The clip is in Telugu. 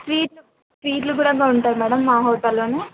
స్వీట్లు స్వీట్లు కూడా ఉంటాయి మేడం మా హోటల్లోనే